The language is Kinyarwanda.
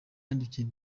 yandikiwe